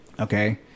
okay